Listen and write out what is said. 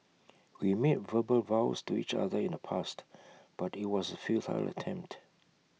we made verbal vows to each other in the past but IT was A futile attempt